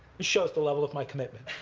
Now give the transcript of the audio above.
shows the level of my commitment.